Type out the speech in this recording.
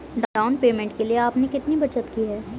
Down payment के लिए आपने कितनी बचत की है?